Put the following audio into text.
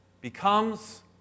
becomes